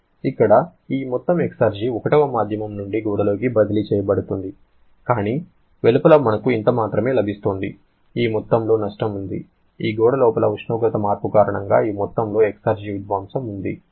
ఇక్కడ ఈ మొత్తం ఎక్సర్జి 1వ మాధ్యమం నుండి గోడలోకి బదిలీ చేయబడుతోంది కానీ వెలుపల మనకు ఇంత మాత్రమే లభిస్తుంది ఈ మొత్తంలో నష్టం ఉంది ఈ గోడ లోపల ఉష్ణోగ్రత మార్పు కారణంగా ఈ మొత్తంలో ఎక్సర్జి విధ్వంసం వుంది